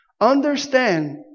Understand